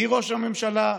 מראש הממשלה,